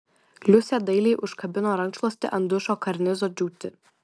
liusė dailiai užkabino rankšluostį ant dušo karnizo džiūti